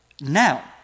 Now